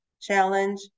Challenge